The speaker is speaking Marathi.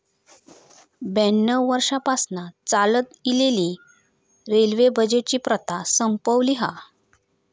ब्याण्णव वर्षांपासना चालत इलेली रेल्वे बजेटची प्रथा संपवली हा